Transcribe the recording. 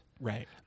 Right